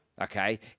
Okay